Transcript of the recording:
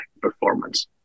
performance